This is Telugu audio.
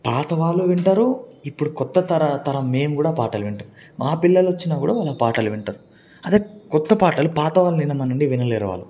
పాతవాళ్లు వింటారూ ఇప్పుడు కొత్త త తరం మేము కూడా పాటలు వింటున్నాం మా పిల్లలు వచ్చినా కూడా వాళ్ళు పాటలు వింటారు అదే కొత్త పాటలు పాతవాళ్ళని వినమనండి వినలేరు వాళ్ళు